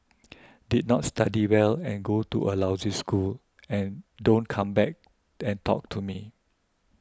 did not study well and go to a lousy school and don't come and talk to me